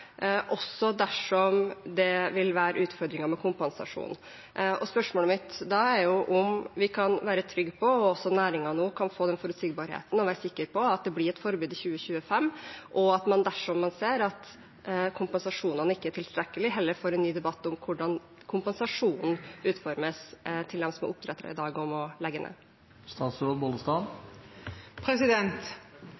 også dersom det blir utfordringer med kompensasjonen. Spørsmålet mitt er da om vi kan være trygge på, og om næringen kan ha forutsigbarhet for og være sikker på, at det blir et forbud i 2025, og at man heller får en ny debatt om hvordan kompensasjonen til dem som er oppdrettere i dag og må legge ned,